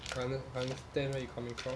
under~ understand where you coming from